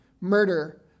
murder